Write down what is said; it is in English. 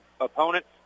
opponents